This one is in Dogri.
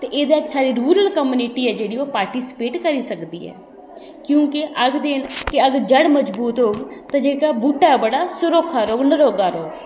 ते एह्दे च साढ़ी रूरल कम्युनिटी ऐ जेह्ड़ी ओह् पार्टिस्पेट करी सकदी ऐ क्योंकि आखदे कि अगर जड़ मजबूत होग ते जेह्का बूह्टा ऐ ओह् बड़ा सरोखा रौह्ग नरोगा रौह्ग